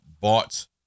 bought